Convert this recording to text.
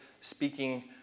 speaking